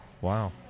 Wow